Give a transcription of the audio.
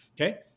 okay